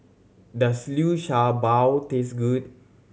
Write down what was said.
does Liu Sha Bao taste good